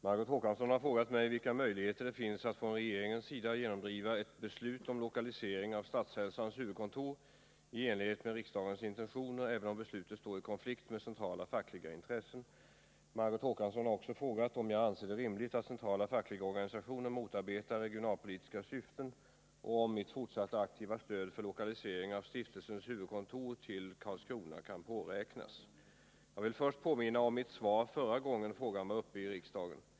Fru talman! Margot Håkansson har frågat mig vilka möjligheter det finns att från regeringens sida genomdriva ett beslut om lokalisering av Statshälsans huvudkontor i enlighet med riksdagens intentioner även om beslutet står i konflikt med centrala fackliga intressen. Margot Håkansson har också frågat om jag anser det rimligt att centrala fackliga organisationer motarbetar regionalpolitiska syften och om mitt fortsatta aktiva stöd för lokalisering av stiftelsens huvudkontor till Karlskrona kan påräknas. Jag vill först påminna om mitt svar förra gången frågan var uppe i riksdagen.